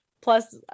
plus